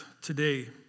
today